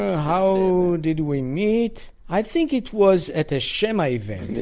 how did we meet? i think it was at a shemah e vent,